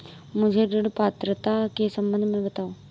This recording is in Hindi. मुझे ऋण पात्रता के सम्बन्ध में बताओ?